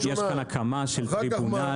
יש פה הקמה של טריבונל,